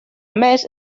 més